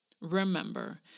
remember